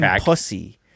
Pussy